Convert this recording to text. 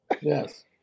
Yes